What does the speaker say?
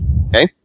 Okay